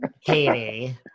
katie